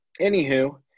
anywho –